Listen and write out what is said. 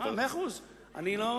תהיה עקבי.